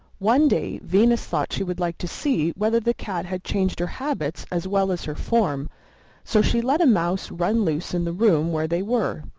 one day venus thought she would like to see whether the cat had changed her habits as well as her form so she let a mouse run loose in the room where they were.